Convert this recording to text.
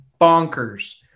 bonkers